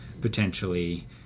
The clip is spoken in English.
potentially